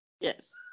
Yes